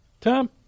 Tom